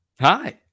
Hi